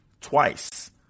twice